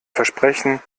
versprechen